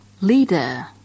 leader